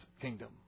kingdom